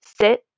sit